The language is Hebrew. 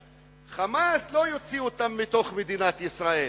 "חמאס" לא יוציא אותם מתוך מדינת ישראל.